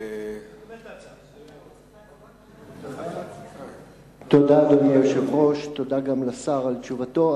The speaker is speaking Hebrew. אדוני היושב-ראש, תודה, תודה גם לשר על תשובתו.